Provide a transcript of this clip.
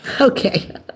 Okay